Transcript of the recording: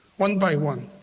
one by one.